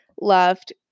left